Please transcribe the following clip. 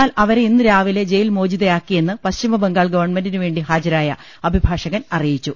എന്നാൽ അവരെ ഇന്ന് രാവിലെ ജയിൽമോചിത യാക്കിയെന്ന് പശ്ചിമബംഗാൾ ഗവൺമെന്റിനു വേണ്ടി ഹാജരായ അഭിഭാഷകൻ അറിയിച്ചു